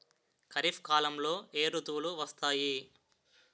ఖరిఫ్ కాలంలో ఏ ఋతువులు వస్తాయి?